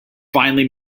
finally